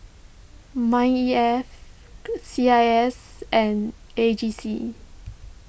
Mind E F C I S and A G C